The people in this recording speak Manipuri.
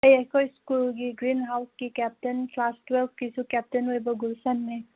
ꯑꯩ ꯑꯩꯈꯣꯏ ꯁ꯭ꯀꯨꯜꯒꯤ ꯒ꯭ꯔꯤꯟ ꯍꯥꯎꯁꯀꯤ ꯀꯦꯞꯇꯦꯟ ꯀ꯭ꯂꯥꯁ ꯇꯨꯌꯦꯜꯄꯀꯤꯁꯨ ꯀꯦꯞꯇꯦꯟ ꯑꯣꯏꯕ ꯒꯨꯜꯁꯟꯅꯦ